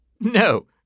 No